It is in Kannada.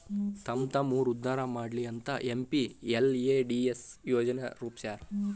ತಮ್ಮ್ತಮ್ಮ ಊರ್ ಉದ್ದಾರಾ ಮಾಡ್ಲಿ ಅಂತ ಎಂ.ಪಿ.ಎಲ್.ಎ.ಡಿ.ಎಸ್ ಯೋಜನಾ ರೂಪ್ಸ್ಯಾರ